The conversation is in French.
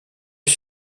est